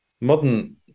modern